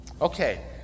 Okay